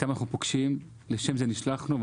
אותם אנחנו פוגשים, לשם זה נשלחנו.